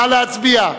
נא להצביע.